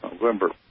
November